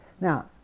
Now